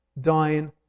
dying